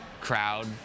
crowd